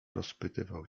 rozpytywał